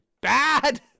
bad